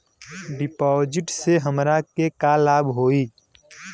डिपाजिटसे हमरा के का लाभ होई?